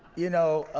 you know